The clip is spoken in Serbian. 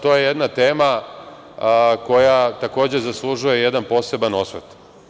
To je jedna tema koja, takođe, zaslužuje jedan poseban osvrt.